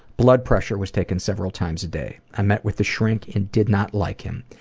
blood pressure was taken several times a day. i met with the shrink and did not like him.